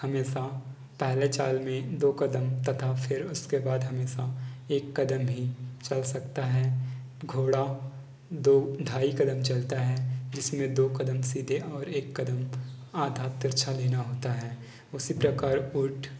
हमेशा पहले चाल में दो कदम तथा फिर उसके बाद हमेशा एक कदम ही चल सकता है घोड़ा दो ढाई कदम चलता है जिसमें दो कदम सीधे और एक कदम आधा तिरछा लेना होता है उसी प्रकार ऊँट